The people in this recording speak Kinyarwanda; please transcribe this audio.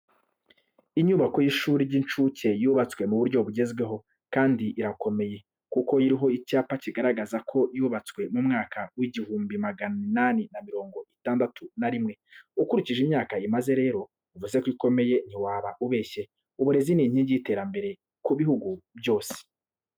Inyubako y'ishuri ry'incuke yubatswe mu buryo bugezweho, kandi irakomeye, kuko iriho icyapa kigaragaza ko yubatswe mu mwaka w'igihumbi magana inani na mirongo itandatu na rimwe. Ukurikije imyaka imaze rero, uvuze ko ikomeye ntiwaba ubeshye. Uburezi ni inkingi y'iterambere ku bihugu byose.